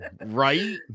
Right